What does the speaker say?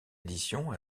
édition